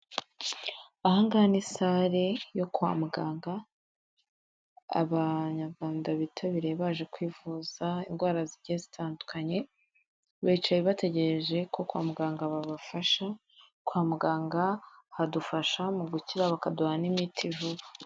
Ahangaha ni sale yo kwa muganga, abanyarwanda bitabiriye baje kwivuza indwara zigiye zitandukanye, bicaye bategereje ko kwa muganga babafasha, kwa muganga hadufasha mu gukira bakaduha n'imiti vuba.